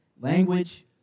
language